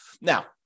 Now